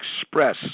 express